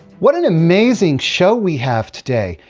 what an amazing show we have today!